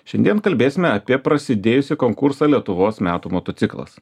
šiandien kalbėsime apie prasidėjusį konkursą lietuvos metų motociklas